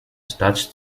attached